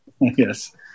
Yes